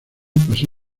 pasó